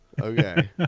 Okay